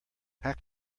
pack